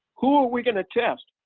who are we going to test?